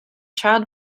child